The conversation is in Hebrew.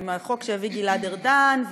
עם החוק שהביא גלעד ארדן,